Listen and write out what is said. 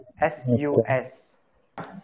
S-U-S